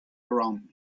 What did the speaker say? around